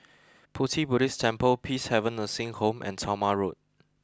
Pu Ti Buddhist Temple Peacehaven Nursing Home and Talma Road